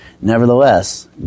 nevertheless